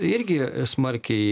irgi smarkiai